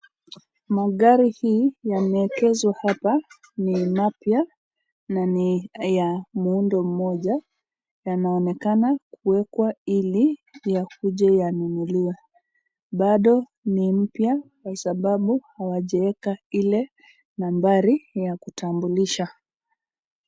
Magari hii yameekezwa hapa ni mapya na ni ya muundo mmoja, yanaonekana kuwekwa ili yakuje yanunuliwe. Bado ni mpya kwa sababu bado hawajaweka ile nambari ya kutambulisha.